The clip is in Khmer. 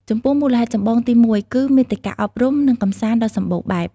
ចំពោះ មូលហេតុចម្បងទីមួយគឺ មាតិកាអប់រំ និងកម្សាន្តដ៏សម្បូរបែប។